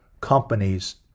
companies